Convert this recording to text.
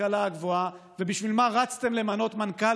זכאים ללימודים שלהם ושמופלים לרעה מול סטודנטים אחרים.